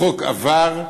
החוק עבר,